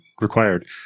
required